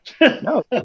No